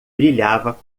brilhava